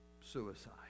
suicide